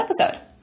episode